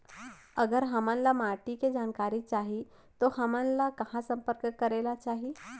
अगर हमन ला माटी के जानकारी चाही तो हमन ला कहाँ संपर्क करे ला चाही?